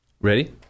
Ready